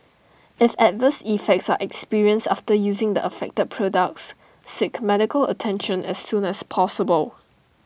if adverse effects are experienced after using the affected products seek medical attention as soon as possible